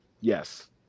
Yes